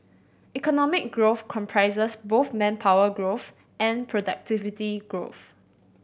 economic growth comprises both manpower growth and productivity growth